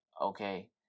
Okay